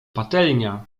patelnia